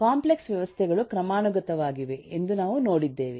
complex ವ್ಯವಸ್ಥೆಗಳು ಕ್ರಮಾನುಗತವಾಗಿವೆ ಎಂದು ನಾವು ನೋಡಿದ್ದೇವೆ